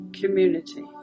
community